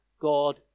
God